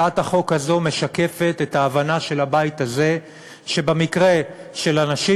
הצעת החוק הזו משקפת את ההבנה של הבית הזה שבמקרה של אנשים